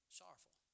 sorrowful